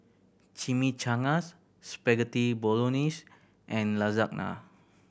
Chimichangas Spaghetti Bolognese and Lasagna